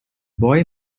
boy